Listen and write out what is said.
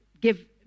give